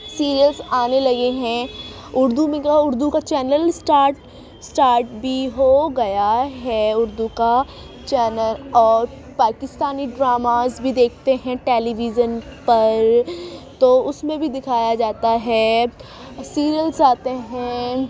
serials آنے لگے ہیں اردو میں کیا ہے اردو کا چینل اسٹارٹ اسٹارٹ بھی ہوگیا ہے اردو کا اور پاکستانی ڈراماز بھی دیکھتے ہیں ٹیلی ویژن پر تو اس میں بھی دیکھایا جاتا ہے سیریلس آتے ہیں